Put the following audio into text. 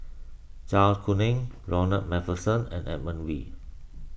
Zai Kuning Ronald MacPherson and Edmund Wee